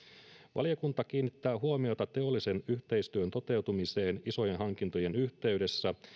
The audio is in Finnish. valiokunta kiinnittää huomiota teollisen yhteistyön toteutumiseen isojen hankintojen yhteydessä